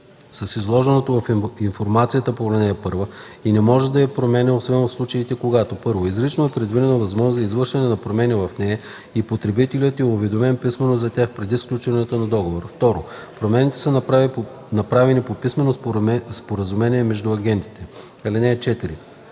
с изложеното в информацията по ал. 1 и не може да я променя освен в случаите, когато: 1. изрично е предвидена възможност за извършване на промени в нея и потребителят е уведомен писмено за тях преди сключването на договора; 2. промените са направени по писмено споразумение между страните. (4)